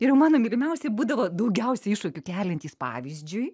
ir mano mylimiausi būdavo daugiausia iššūkių keliantys pavyzdžiui